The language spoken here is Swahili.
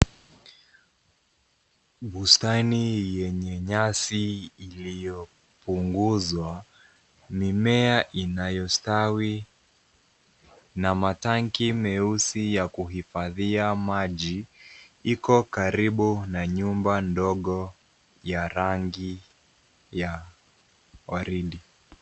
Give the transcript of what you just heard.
Bustani yenye nyasi iliyopunguzwa, mimea inayostawi na matanki meusi ya kuhifadhia maji iko karibu na nyumba ndogo ya rangi ya waridi.